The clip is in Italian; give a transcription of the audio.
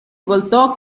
voltò